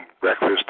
breakfast